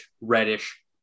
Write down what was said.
Reddish